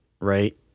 right